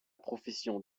profession